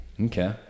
Okay